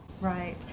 Right